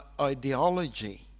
ideology